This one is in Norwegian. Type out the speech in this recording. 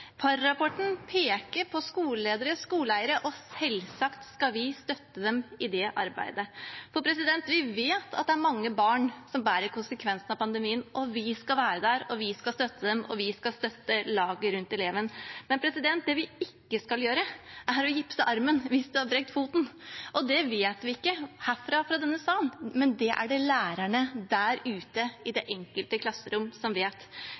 peker på skoleledere og skoleeiere, og selvsagt skal vi støtte dem i det arbeidet. For vi vet at det er mange barn som bærer konsekvensene av pandemien, og vi skal være der, og vi skal støtte dem, og vi skal støtte laget rundt eleven. Det vi ikke skal gjøre, er å gipse armen hvis noen har brukket foten – og det vet vi ikke herfra, fra denne salen, men det er det lærerne der ute i det enkelte klasserom som vet.